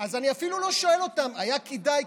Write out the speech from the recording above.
אני אפילו לא שואל אותם אם היה כדאי,